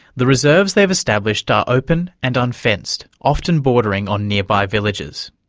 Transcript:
the reserves they've established are open and unfenced, often bordering on nearby villages.